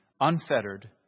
unfettered